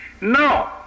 No